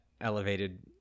elevated